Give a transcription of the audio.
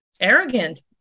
arrogant